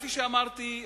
כפי שאמרתי,